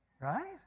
Right